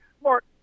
Mark